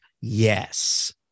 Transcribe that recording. yes